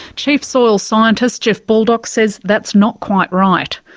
chief soil scientist jeff baldock says that's not quite right,